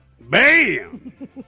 Bam